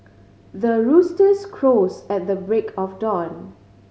the roosters crows at the break of dawn